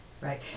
Right